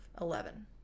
eleven